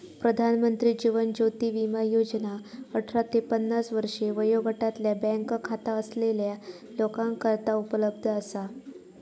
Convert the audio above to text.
प्रधानमंत्री जीवन ज्योती विमा योजना अठरा ते पन्नास वर्षे वयोगटातल्या बँक खाता असलेल्या लोकांकरता उपलब्ध असा